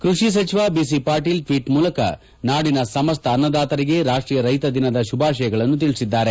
ಕ್ಬಡಿ ಸಚಿವ B C Patil tweet ಮೂಲಕ ನಾಡಿನ ಸಮಸ್ತ ಅನ್ನದಾತರಿಗೆ ರಾಷ್ಟೀಯ ರೈತ ದಿನಾಚರಣೆಯ ಶುಭಾಶಯಗಳನ್ನು ತಿಳಿಸಿದ್ದಾರೆ